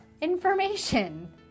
information